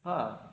!huh!